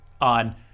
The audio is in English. on